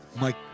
Mike